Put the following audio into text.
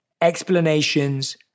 explanations